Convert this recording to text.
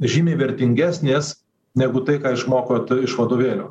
žymiai vertingesnės negu tai ką išmokot iš vadovėlio